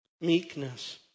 Meekness